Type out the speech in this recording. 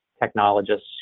technologists